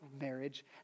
marriage